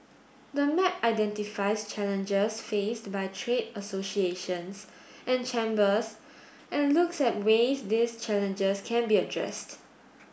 the map identifies challenges faced by trade associations and chambers and looks at ways these challenges can be addressed